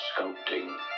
sculpting